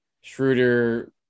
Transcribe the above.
Schroeder